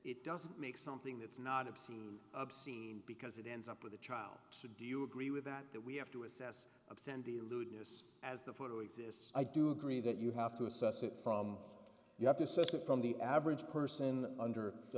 it doesn't make something that's not obscene obscene because it ends up with a child should do you agree with that that we have to assess obscenity lewdness as the photo exists i do agree that you have to assess it from you have to assess it from the average person under the